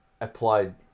applied